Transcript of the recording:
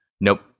Nope